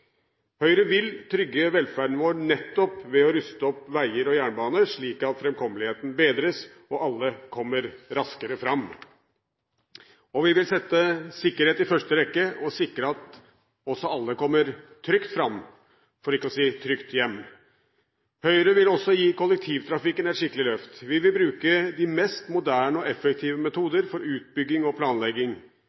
Høyre vil trygge velferden vår nettopp ved å ruste opp veier og jernbane, slik at framkommeligheten bedres og alle kommer raskere fram. Vi vil sette sikkerhet i første rekke og sikre at også alle kommer trygt fram, for ikke å si trygt hjem. Høyre vil også gi kollektivtrafikken et skikkelig løft. Vi vil bruke de mest moderne og effektive metoder for utbygging og planlegging.